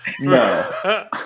No